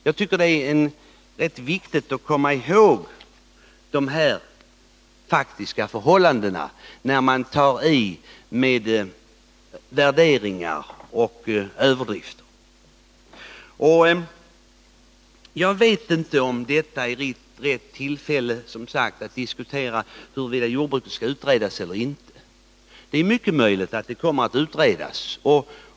Jag tycker att det är rätt viktigt att komma ihåg dessa faktiska förhållanden, när man tar i med värderingar och överdrifter. Jag vet inte om detta är rätt tillfälle att diskutera huruvida jordbruket skall utredas eller inte. Jag vill dock säga att det är mycket möjligt att det kommer att utredas.